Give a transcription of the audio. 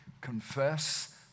confess